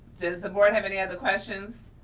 does the board have any other questions?